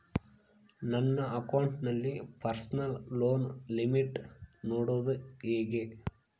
ನನ್ನ ಅಕೌಂಟಿನಲ್ಲಿ personal loan limit ನೋಡದು ಹೆಂಗೆ?